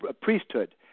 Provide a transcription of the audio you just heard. priesthood